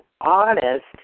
honest